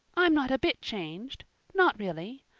i'm not a bit changed not really.